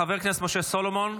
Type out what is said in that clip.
חבר הכנסת משה סולומון,